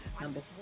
Number